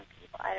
people